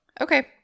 Okay